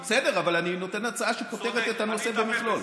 בסדר, אבל אני נותן הצעה שפותרת את הנושא במכלול.